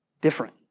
different